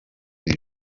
iri